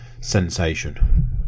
sensation